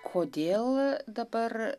kodėl dabar